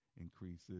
increases